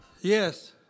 Yes